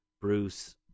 Bruce